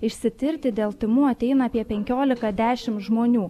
išsitirti dėl tymų ateina apie penkiolika dešimt žmonių